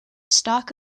stalk